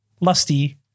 lusty